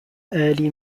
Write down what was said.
early